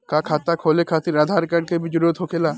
का खाता खोले खातिर आधार कार्ड के भी जरूरत होखेला?